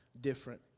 different